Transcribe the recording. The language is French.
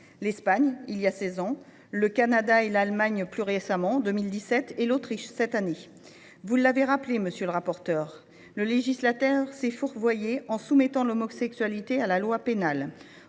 l’Espagne il y a seize ans, le Canada et Allemagne plus récemment, en 2017, l’Autriche cette année. Vous l’avez rappelé, monsieur le rapporteur : le législateur s’est fourvoyé en soumettant l’homosexualité à la loi pénale.